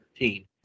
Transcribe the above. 13